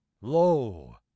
Lo